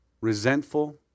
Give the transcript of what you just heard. Resentful